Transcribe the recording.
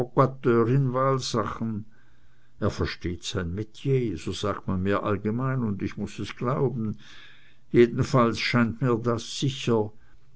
wahlsachen er versteht sein metier so sagt man mir allgemein und ich muß es glauben jedenfalls scheint mir das sicher